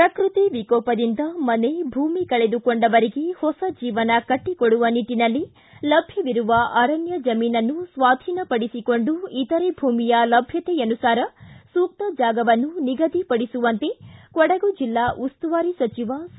ಪ್ರಕೃತ್ತಿ ವಿಕೋಪದಿಂದ ಮನೆ ಭೂಮಿ ಕಳೆದುಕೊಂಡವರಿಗೆ ಹೊಸ ಜೀವನ ಕಟ್ಟಿಕೊಡುವ ನಿಟ್ಟಿನಲ್ಲಿ ಲಭ್ಯವಿರುವ ಅರಣ್ಯ ಜಮೀನನ್ನು ಸ್ವಾಧೀನ ಪಡಿಸಿಕೊಂಡು ಇತರೆ ಭೂಮಿಯ ಲಭ್ಯತೆಯಾನುಸಾರ ಸೂಕ್ತ ಜಾಗವನ್ನು ನಿಗಧಿಪಡಿಸುವಂತೆ ಕೊಡಗು ಜಿಲ್ಲಾ ಉಸ್ತುವಾರಿ ಸಚಿವ ಸಾ